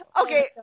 Okay